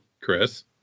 Chris